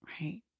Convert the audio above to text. right